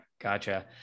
gotcha